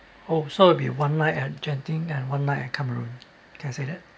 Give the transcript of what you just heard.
oh so will be one night at genting and one night at cameron can I say that